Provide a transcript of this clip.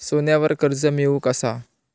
सोन्यावर कर्ज मिळवू कसा?